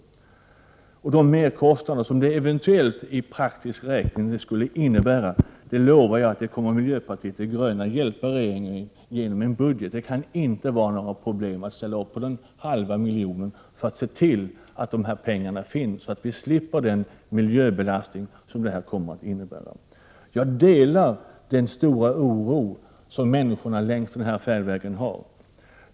Jag lovar att när det gäller de merkostnader som eventuellt i praktisk räkning skulle uppstå kommer miljöpartiet de gröna att hjälpa regeringen genom ett budgetförslag. Det kan inte vara något problem att ställa upp på den halva miljonen och se till att dessa pengar finns, så att vi slipper den miljöbelastning som en omläggning av transportsättet innebär. Jag delar den stora oro som människorna längs den här färdvägen hyser.